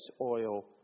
oil